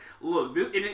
look